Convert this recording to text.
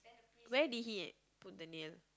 where did he put the nail